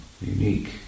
Unique